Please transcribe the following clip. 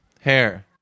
Hair